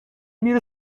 میره